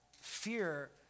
fear